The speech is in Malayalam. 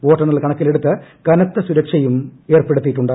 വോട്ടെണ്ണൽ കണക്കിലെടുത്ത് കനത്ത സുരക്ഷയും ഏർപ്പെടുത്തിയിട്ടുണ്ട്